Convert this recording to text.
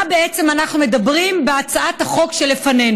תציג את הצעת החוק שרת התרבות